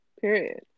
Period